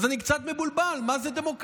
אז אני קצת מבולבל: מה זה דמוקרטיה?